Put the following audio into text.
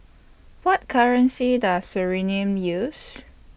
What currency Does Suriname use